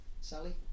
Sally